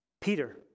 Peter